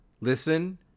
Listen